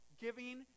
giving